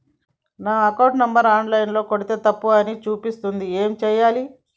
నా account number online ల కొడ్తే తప్పు అని చూపిస్తాంది ఏం చేయాలి?